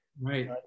Right